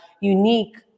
unique